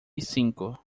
cinco